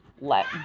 let